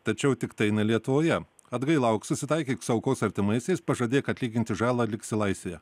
tačiau tiktai ne lietuvoje atgailauk susitaikyk su aukos artimaisiais pažadėk atlyginti žalą liksi laisvėje